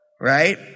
right